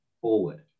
forward